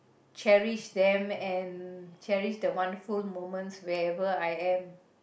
cherish them and cherish the one full moments wherever I am